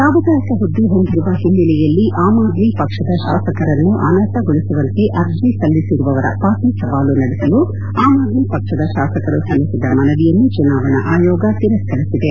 ಲಾಭದಾಯಕ ಪುದ್ದ ಹೊಂದಿರುವ ಓನ್ನೆಲೆಯಲ್ಲಿ ಆಮ್ ಆದ್ಮಿ ಪಕ್ಷದ ಶಾಸಕರನ್ನು ಅನರ್ಹಗೊಳಿಸುವಂತೆ ಅರ್ಜಿ ಸಲ್ಲಿಸಿರುವವರ ಪಾಟಿ ಸವಾಲು ನಡೆಸಲು ಆಮ್ ಆದ್ಮಿ ಪಕ್ಷದ ಶಾಸಕರು ಸಲ್ಲಿಸಿದ ಮನವಿಯನ್ನು ಚುನಾವಣಾ ಆಯೋಗ ತಿರಸ್ಕರಿಸಿದೆ